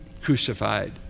crucified